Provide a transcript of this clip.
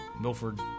Milford